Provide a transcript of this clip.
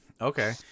Okay